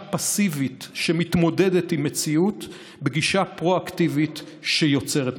פסיבית שמתמודדת עם מציאות בגישה פרו-אקטיבית שיוצרת מציאות.